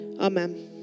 amen